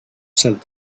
said